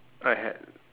I had